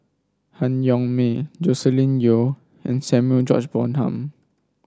Han Yong May Joscelin Yeo and Samuel George Bonham